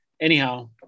anyhow